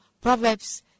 proverbs